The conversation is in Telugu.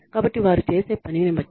కాబట్టి వారు చేసే పనిని బట్టి